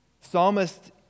Psalmist